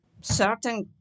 certain